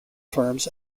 firms